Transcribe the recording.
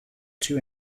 two